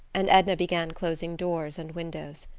and edna began closing doors and windows.